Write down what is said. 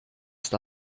ist